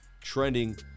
trending